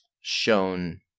shown